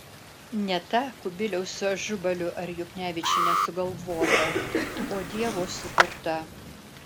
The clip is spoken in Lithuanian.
ne ta kubiliaus su ažubaliu ar juknevičiene sugalvota o dievo sukurta